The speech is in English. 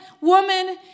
woman